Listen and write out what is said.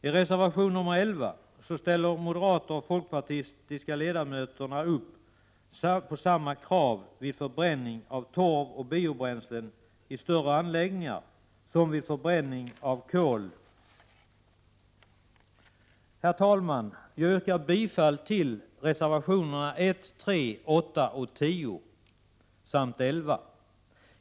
I reservation nr 11 föreslår de moderata och folkpartistiska ledamöterna att samma krav skall ställas vid förbränning av torv och biobränslen i större anläggningar som vid förbränning av kol. Herr talman! Jag yrkar bifall till reservationerna nr 1, 3, 8, 10 och 11.